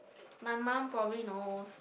my mum probably knows